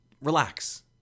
Relax